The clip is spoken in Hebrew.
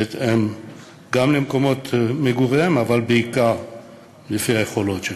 גם בהתאם למקומות מגוריהם אבל בעיקר לפי היכולות שלהם.